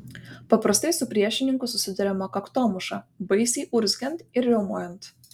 paprastai su priešininku susiduriama kaktomuša baisiai urzgiant ir riaumojant